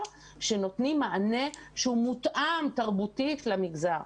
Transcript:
שנותנים מענה שהוא מותאם תרבותית למגזר.